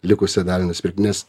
likusią dalį nusipirkt nes